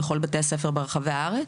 בכל בתי הספר ברחבי הארץ.